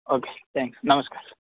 okay thanks ನಮ್ಸ್ಕಾರ ರೀ